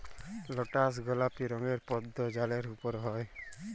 lotus গলাপি রঙের পদ্দ জালের উপরে হ্যয়